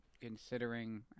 considering